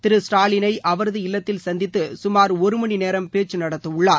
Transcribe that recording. திரு ஸ்டாலினை அவரது இல்லத்தில் சந்தித்து சுமார் ஒரு மணிநேரம் பேச்சு நடத்த உள்ளார்